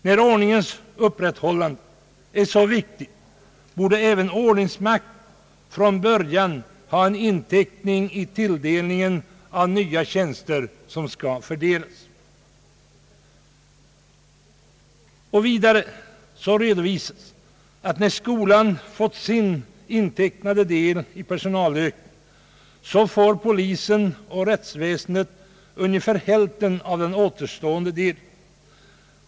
När ordningens upprätthållande är så viktigt, borde även ordningsmakten från början ha en inteckning i de nya tjänster som skall fördelas. Vidare framhålles att när skolan fått sin redovisade del i personalökningen, får polisen och rättsväsendet ungefär hälften av den återstående delen.